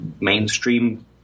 mainstream